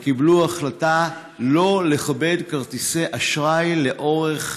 וקיבלו החלטה שלא לכבד כרטיסי אשראי לאורך